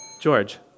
George